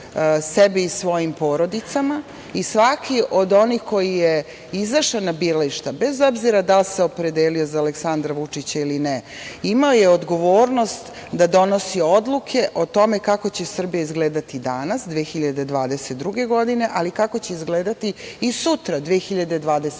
sebe i svojim porodicama. Svako ko je izašao na birališta, bez obzira da li se opredelio za Aleksandra Vučića ili ne imao je odgovornost da donosi odluke o tome kako će Srbija izgledati danas, 2022. godine, ali i kako će izgledati i sutra, 2025. i